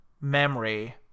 memory